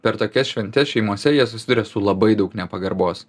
per tokias šventes šeimose jie susiduria su labai daug nepagarbos